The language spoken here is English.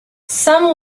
some